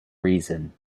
reason